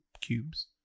cubes